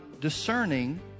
discerning